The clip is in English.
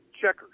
Checkers